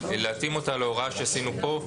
להתאים אותה להוראה שעשינו פה,